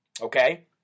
Okay